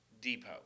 depot